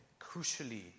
crucially